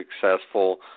successful